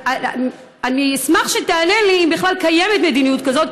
אני אשמח שתענה לי אם בכלל קיימת מדיניות כזו,